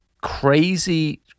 crazy